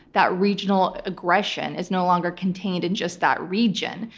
that regional aggression is no longer contained in just that region,